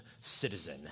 citizen